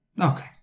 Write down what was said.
Okay